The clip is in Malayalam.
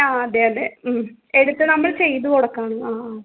ആ അതെ അതെ ഏതക്കെ നമ്മൾ ചെയ്ത് കൊടുക്കാം ആ ആ